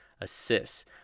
assists